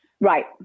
right